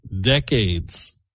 decades